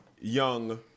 young